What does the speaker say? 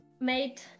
made